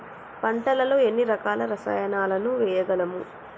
పంటలలో ఎన్ని రకాల రసాయనాలను వేయగలము?